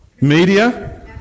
Media